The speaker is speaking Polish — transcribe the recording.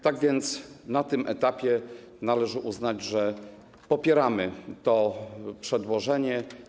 Tak więc na tym etapie należy uznać, że popieramy to przedłożenie.